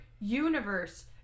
universe